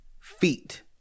feet